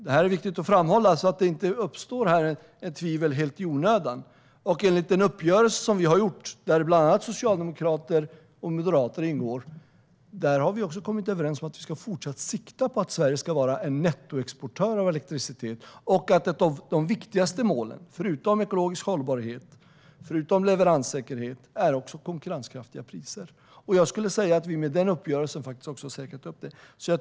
Detta är viktigt att framhålla så att inte tvivel uppstår helt i onödan. Enligt den uppgörelse som vi har gjort, där bland andra socialdemokrater och moderater ingår, har vi också kommit överens om att Sverige fortsatt bör sikta på att vara nettoexportör av elektricitet. Förutom ekologisk hållbarhet och leveranssäkerhet är ett av de viktigaste målen konkurrenskraftiga priser. Med vår uppgörelse har vi säkrat detta.